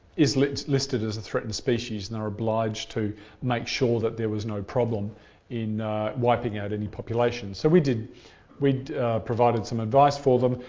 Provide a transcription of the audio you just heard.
is listed listed as a threatened species, and they're obliged to make sure that there was no problem in wiping out any population. so we we provided some advice for them.